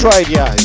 Radio